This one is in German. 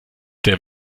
der